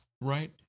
right